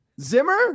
zimmer